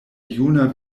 juna